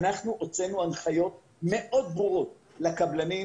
הוצאנו הנחיות מאוד ברורות לקבלנים,